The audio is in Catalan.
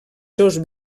seus